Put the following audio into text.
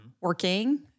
working